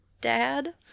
Dad